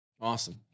Awesome